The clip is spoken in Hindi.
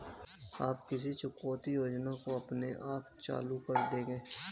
आप किस चुकौती योजना को अपने आप चालू कर देंगे?